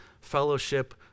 fellowship